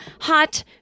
hot